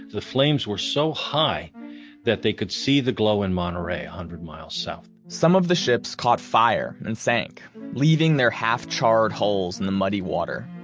the flames were so high that they could see the glow in monterrey one hundred miles south. some of the ships caught fire and sank leaving their half charred holes in the muddy water.